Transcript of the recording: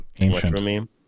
ancient